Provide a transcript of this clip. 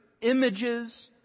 images